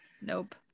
nope